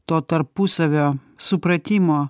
to tarpusavio supratimo